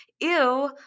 ew